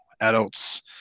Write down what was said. adults